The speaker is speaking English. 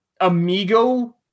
Amigo